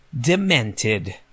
demented